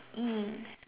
mm